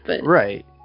Right